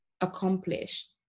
accomplished